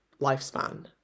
lifespan